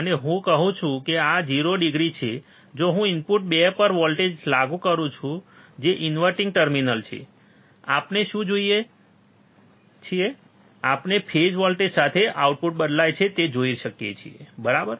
અને હું કહું છું કે આ 0 ડિગ્રી છે જો હું ઇનપુટ 2 પર વોલ્ટેજ લાગુ કરું છું જે ઇન્વર્ટીંગ ટર્મિનલ છે આપણે શું જોઈ શકીએ છીએ આપણે ફેજ વોલ્ટેજ સાથે આઉટપુટ બદલાય છે તે જોઈ શકીએ છીએ બરાબર